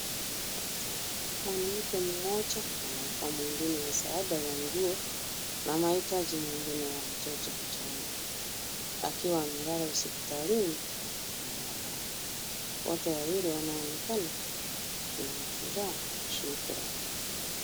Mwanamke mmoja anampa mwingine msaada wa nguo na mahitaji mengine ya mtoto mchanga akiwa amelala hospitalini na mwanawe. Wote wawili wanaonekana wenye furaha na shukrani.